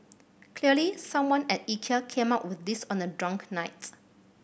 clearly someone at Ikea came up with this on a drunk night